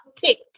tick